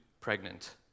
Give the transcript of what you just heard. pregnant